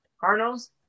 Cardinals